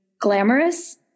glamorous